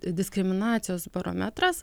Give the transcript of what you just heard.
diskriminacijos barometras